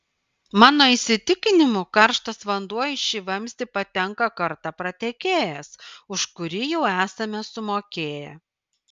mano įsitikinimu karštas vanduo į šį vamzdį patenka kartą pratekėjęs už kurį jau esame sumokėję